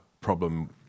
problem